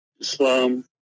Islam